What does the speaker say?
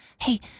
Hey-